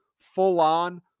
full-on